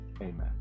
Amen